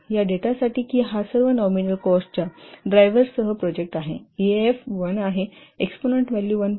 या डेटासाठी की हा सर्व नॉमिनल कॉस्टच्या ड्रायव्हर्ससह प्रोजेक्ट आहे ईएएफ 1 आहे एक्सपोनंन्ट व्हॅल्यू 1